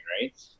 right